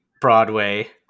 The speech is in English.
Broadway